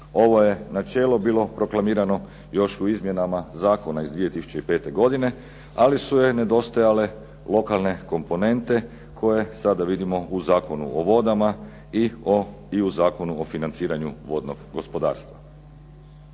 Ovo je načelo bilo proklamirano još u izmjenama zakona iz 2005. godine, ali su joj nedostajale lokalne komponente koje sada vidimo u Zakonu o vodama, i u Zakonu o financiranju vodnog gospodarstva.